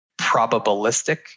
probabilistic